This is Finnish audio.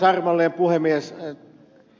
arvoisa puhemies